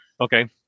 Okay